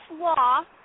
law